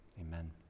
Amen